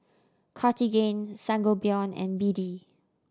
Cartigain Sangobion and B D